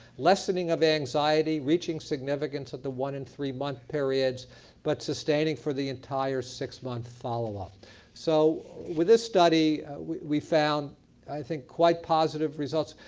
lessening of anxiety reaching significance at the one and three month periods but sustaining for the entire six month followup. so with this study we found i think quite positive results.